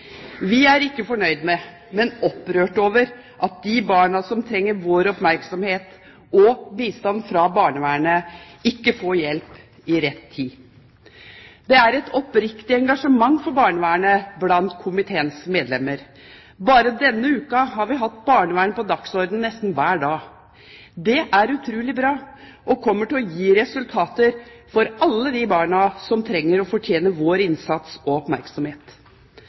Vi er ikke fornøyd med, men opprørt over, at de barna som trenger vår oppmerksomhet og bistand fra barnevernet, ikke får hjelp i rett tid. Komiteens medlemmer har et oppriktig engasjement for barnevernet. Bare denne uken har vi hatt barnevernet på dagsordenen nesten hver dag. Det er utrolig bra, og det kommer til å gi resultater for alle de barna som trenger og fortjener vår innsats og oppmerksomhet.